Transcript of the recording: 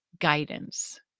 guidance